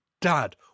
dad